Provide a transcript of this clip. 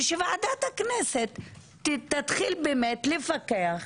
ושוועדת הכנסת תתחיל לפקח